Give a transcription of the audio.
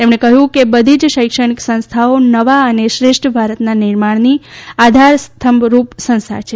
તેમણે કહ્યું કે બધી જ શૈક્ષણિક સંસ્થાઓ નવા અને શ્રેષ્ઠ ભારતના નિર્માણની આધારસ્તંભરૃપ સંસ્થા છે